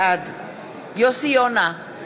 בעד יוסי יונה,